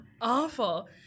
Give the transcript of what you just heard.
Awful